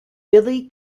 billy